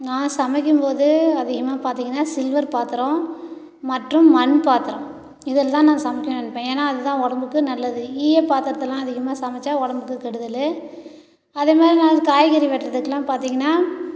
நான் சமைக்கும் போது அது என்னன்னு பார்த்திங்கன்னா சில்வர் பாத்திரம் மற்றும் மண் பாத்திரம் இதுலதான் நான் சமைக்கனும் நினப்பேன் ஏன்னா அதுதான் உடம்புக்கு நல்லது ஈய பாத்திரத்தலாம் அதிகமாக சமைச்சா உடம்புக்கு கெடுதல் அதே மாரி நான் காய்கறி வெட்டுறதுக்குலாம் பார்த்திங்கன்னா